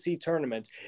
tournament